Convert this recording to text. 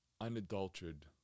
unadulterated